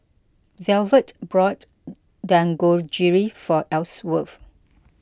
Velvet bought Dangojiru for Elsworth